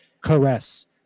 caress